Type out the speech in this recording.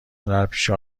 هنرپیشه